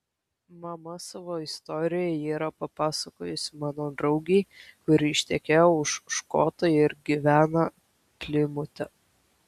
mama savo istoriją yra papasakojusi mano draugei kuri ištekėjo už škoto ir gyvena plimute